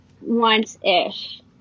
once-ish